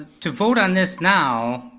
to vote on this now,